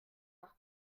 nach